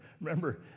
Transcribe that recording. remember